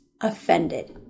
offended